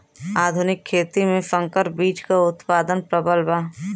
आधुनिक खेती में संकर बीज क उतपादन प्रबल बा